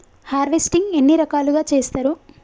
Harvesting ఎన్ని రకాలుగా చేస్తరు?